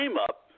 up